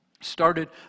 Started